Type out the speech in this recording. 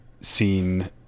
seen